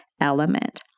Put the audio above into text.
element